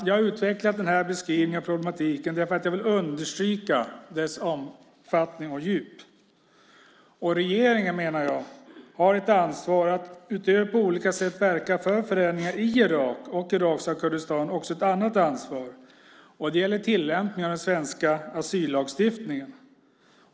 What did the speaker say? Jag har utvecklat den här beskrivningen av problematiken därför att jag vill understryka dess omfattning och djup. Regeringen har, menar jag, utöver ett ansvar att på olika sätt verka för förändringar i Irak och irakiska Kurdistan också ett annat ansvar. Det gäller tillämpningen av den svenska asyllagstiftningen.